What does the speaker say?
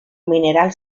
mineral